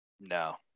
No